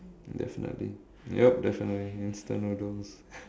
definitely yup definitely instant noodles